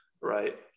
Right